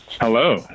Hello